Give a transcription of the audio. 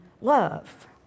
love